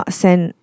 sent